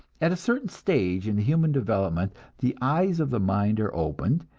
at a certain stage in human development the eyes of the mind are opened,